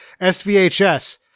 SVHS